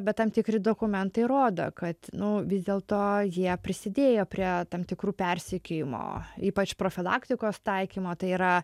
bet tam tikri dokumentai rodo kad nu vis dėlto jie prisidėjo prie tam tikrų persekiojimo ypač profilaktikos taikymo tai yra